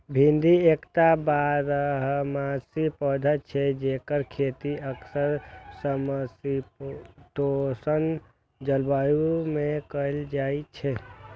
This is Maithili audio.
भिंडी एकटा बारहमासी पौधा छियै, जेकर खेती अक्सर समशीतोष्ण जलवायु मे कैल जाइ छै